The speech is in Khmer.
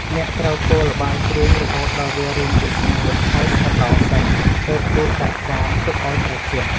អ្នកត្រូវកូរល្បាយគ្រឿងរហូតដល់វារីងទឹក ស្ងួតហើយស្អិតល្អសិន ទើបដួសដាក់ចានទុកឲ្យត្រជាក់។